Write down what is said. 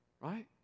right